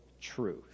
truth